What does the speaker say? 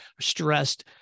stressed